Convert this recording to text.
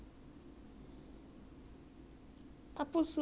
她不是每次问的 meh 这个可以吃那个可以吃的 meh